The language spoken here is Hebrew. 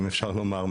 אם אפשר לומר,